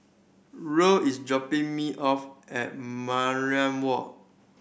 Roll is dropping me off at Mariam Walk